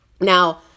Now